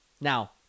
Now